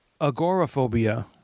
Agoraphobia